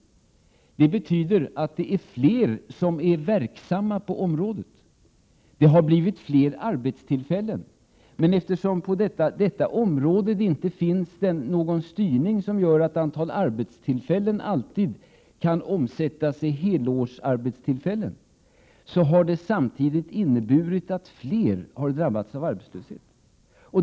Det betyder att fler är verksamma på området och att det har blivit fler arbetstillfällen. Men eftersom det på detta område inte finns någon styrning som gör att antalet arbetstillfällen alltid kan omsättas i helårsarbetstillfällen har detta samtidigt inneburit att fler har drabbats av arbetslöshet.